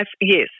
yes